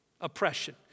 Oppression